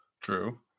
True